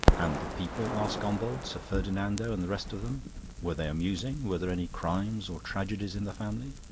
and the people? asked gombauld. sir ferdinando and the rest of them were they amusing? were there any crimes or tragedies in the family?